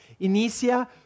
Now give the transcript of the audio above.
Inicia